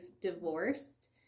divorced